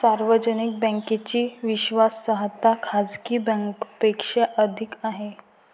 सार्वजनिक बँकेची विश्वासार्हता खाजगी बँकांपेक्षा अधिक आहे